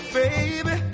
baby